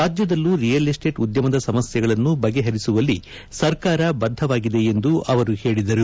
ರಾಜ್ಯದಲ್ಲೂ real estate ಉದ್ಯಮದ ಸಮಸ್ಯೆಗಳನ್ನು ಬಗೆಹರಿಸುವಲ್ಲಿ ಸರ್ಕಾರ ಬದ್ದವಾಗಿದೆ ಎಂದು ಅವರು ಹೇಳಿದರು